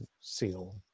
seal